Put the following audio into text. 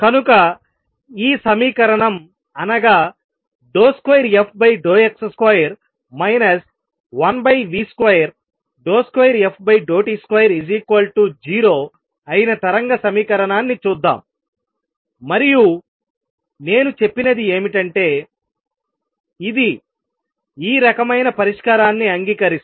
కనుక ఈ సమీకరణం అనగా 2fx2 1v22ft20 అయిన తరంగ సమీకరణాన్ని చూద్దాం మరియు నేను చెప్పినది ఏమిటంటే ఇది ఈ రకమైన పరిష్కారాన్ని అంగీకరిస్తుంది